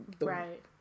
right